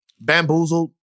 Bamboozled